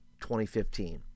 2015